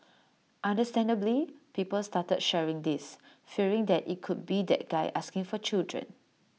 understandably people started sharing this fearing that IT could be that guy asking for children